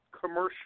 commercial